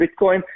Bitcoin